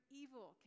evil